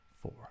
four